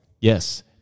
yes